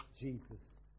Jesus